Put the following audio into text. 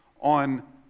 on